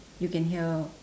you can help